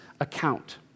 account